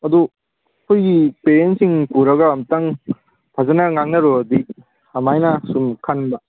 ꯑꯗꯨ ꯑꯩꯈꯣꯏꯒꯤ ꯄꯦꯔꯦꯟꯁꯁꯤꯡ ꯄꯨꯔꯒ ꯑꯝꯇꯪ ꯐꯖꯅ ꯉꯥꯡꯅꯔꯣꯗꯤ ꯑꯗꯨꯃꯥꯏꯅ ꯁꯨꯝ ꯈꯟꯕ